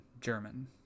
German